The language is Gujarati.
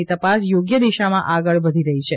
ની તપાસ યોગ્ય દિશામાં આગળ વધીરહી છે